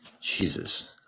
Jesus